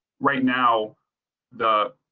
right now the,